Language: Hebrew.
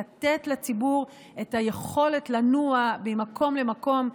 לתת לציבור את היכולת לנוע ממקום למקום,